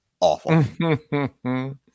awful